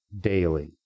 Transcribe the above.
daily